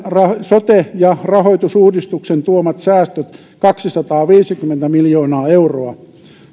sote ja rahoitusuudistuksen tuomat säästöt kaksisataaviisikymmentä miljoonaa euroa